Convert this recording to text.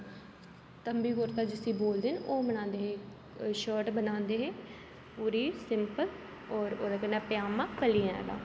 तम्बी कुर्ता जिसी बोलदे न ओह् बनांदे हे शर्ट बनांदे हे पूरी सिंपल होर ओह्दे कन्नै पजामा कलियें आह्ला